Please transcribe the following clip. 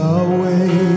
away